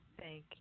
Thank